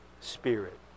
spirit